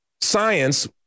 science